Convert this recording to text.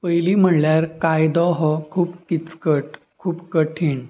पयलीं म्हणल्यार कायदो हो खूब किचकट खूब कठीण